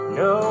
no